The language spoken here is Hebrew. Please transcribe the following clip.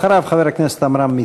אחריו, חבר הכנסת עמרם מצנע.